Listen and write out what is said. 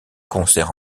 concerts